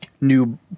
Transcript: new